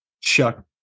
Chuck